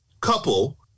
couple